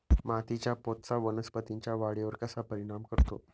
मातीच्या पोतचा वनस्पतींच्या वाढीवर कसा परिणाम करतो?